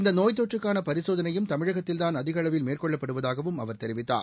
இந்த நோய் தொற்றுக்கான பரிசோதனையும் தமிழகத்தில்தாள் அதிக அளவில் மேற்கொள்ளப்படுவதாகவும் அவர் தெரிவித்தார்